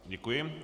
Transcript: Děkuji.